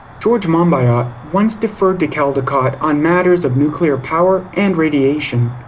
george monbiot once deferred to caldicott on matters of nuclear power and radiation.